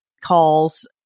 calls